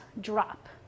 drop